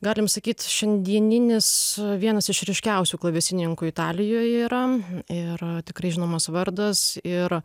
galim sakyt šiandieninis vienas iš ryškiausių klavesinininkų italijoj yra ir tikrai žinomas vardas ir